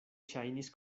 ŝajnis